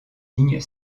lignes